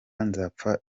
nzapfa